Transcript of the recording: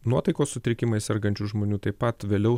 nuotaikos sutrikimais sergančių žmonių taip pat vėliau